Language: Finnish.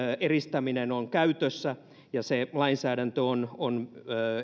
eristäminen on käytössä ja se lainsäädäntö on on